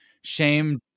shame